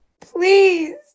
Please